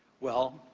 well,